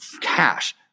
cash